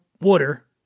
water